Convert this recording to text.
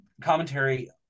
commentary